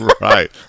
Right